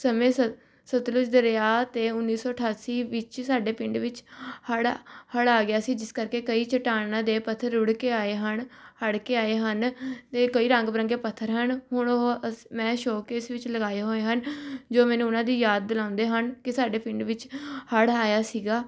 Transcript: ਸਮੇਂ ਸਤ ਸਤਲੁਜ ਦਰਿਆਂ ਅਤੇ ਉੱਨੀ ਸੌ ਅਠਾਸੀ ਵਿੱਚ ਸਾਡੇ ਪਿੰਡ ਵਿੱਚ ਹੜ੍ਹ ਹੜ੍ਹ ਆ ਗਿਆ ਸੀ ਜਿਸ ਕਰਕੇ ਕਈ ਚੱਟਾਨਾਂ ਦੇ ਪੱਥਰ ਰੁੜ੍ਹ ਕੇ ਆਏ ਹਨ ਹੜ੍ਹ ਕੇ ਆਏ ਹਨ ਅਤੇ ਕਈ ਰੰਗ ਬਰੰਗੇ ਪੱਥਰ ਹਨ ਹੁਣ ਉਹ ਮੈਂ ਸ਼ੋਅ ਕੇਸ਼ ਵਿੱਚ ਲਗਾਏ ਹੋਏ ਹਨ ਜੋ ਮੈਨੂੰ ਉਹਨਾਂ ਦੀ ਯਾਦ ਦਿਲਾਉਂਦੇ ਹਨ ਕਿ ਸਾਡੇ ਪਿੰਡ ਵਿੱਚ ਹੜ੍ਹ ਆਇਆ ਸੀਗਾ